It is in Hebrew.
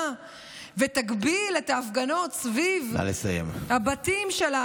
אם תעשה ישיבת ממשלה ותגביל את ההפגנות סביב הבתים של,